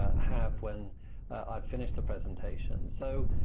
have when i've finish the presentation. so,